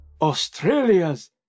Australia's